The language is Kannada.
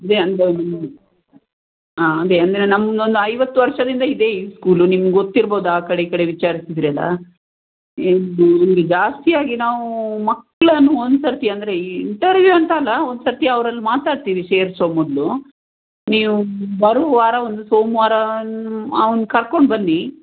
ಅದೇ ಹಾಂ ಅದೇ ಅಂದರೆ ನಮ್ಮದು ಒಂದು ಐವತ್ತು ವರ್ಷದಿಂದ ಇದೆ ಈ ಸ್ಕೂಲ್ ನಿಮಗೆ ಗೊತ್ತಿರಬಹುದು ಆ ಕಡೆ ಈ ಕಡೆ ವಿಚಾರಿಸಿದರೆ ಎಲ್ಲ ಇದು ಇವರು ಜಾಸ್ತಿಯಾಗಿ ನಾವು ಮಕ್ಕಳನ್ನು ಒಂದು ಸರ್ತಿ ಅಂದರೆ ಈ ಇಂಟರ್ವ್ಯೂ ಅಂತಲ್ಲ ಒಂದು ಸರ್ತಿ ಅವರಲ್ಲಿ ಮಾತಾಡ್ತೀವಿ ಸೇರಿಸೋ ಮೊದಲು ನೀವು ಬರುವ ವಾರ ಒಂದು ಸೋಮವಾರ ಅವನ್ನ ಕರ್ಕೊಂಡು ಬನ್ನಿ